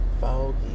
foggy